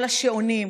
כל השעונים,